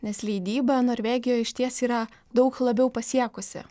nes leidyba norvegijoj išties yra daug labiau pasiekusi